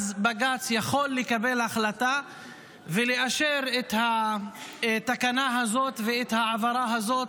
בג"ץ יכול לקבל החלטה ולאשר את התקנה הזאת ואת ההעברה הזאת